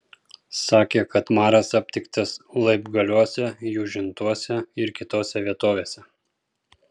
sakė kad maras aptiktas laibgaliuose jūžintuose ir kitose vietovėse